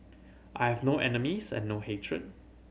I have no enemies and no hatred